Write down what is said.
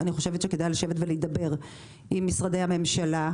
אני חושבת שכדאי לשבת ולהידבר עם משרדי הממשלה,